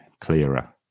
clearer